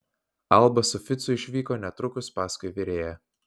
alba su ficu išvyko netrukus paskui virėją